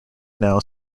now